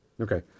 Okay